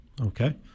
okay